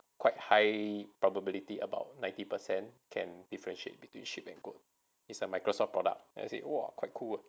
quite high probability about ninety per cent can differentiate between sheep and goat is a Microsoft product then I say !wah! quite cool